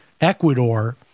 Ecuador